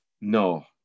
No